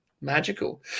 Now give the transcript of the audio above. Magical